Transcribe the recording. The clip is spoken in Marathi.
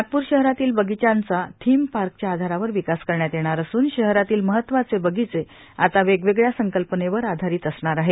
नागपूर शहरातील बगिच्यांचा थीम पार्कच्या आधारावर विकास करण्यात येणार असून शहरातील महत्वाचे बणिचे आता वेगवेगळ्या संकल्पनेवर आधारीत असणार आहे